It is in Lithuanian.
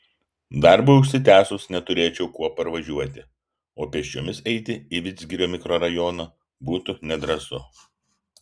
darbui užsitęsus neturėčiau kuo parvažiuoti o pėsčiomis eiti į vidzgirio mikrorajoną būtų nedrąsu